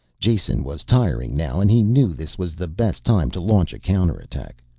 jason was tiring now and he knew this was the best time to launch a counterattack.